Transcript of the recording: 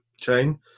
chain